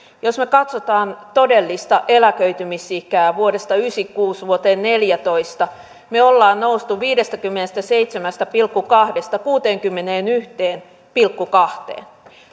jos me katsomme todellista eläköitymisikää vuodesta yhdeksänkymmentäkuusi vuoteen neljätoista me olemme nousseet viidestäkymmenestäseitsemästä pilkku kahdesta kuuteenkymmeneenyhteen pilkku kahteen